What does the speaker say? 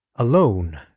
alone